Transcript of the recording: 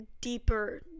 deeper